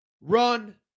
run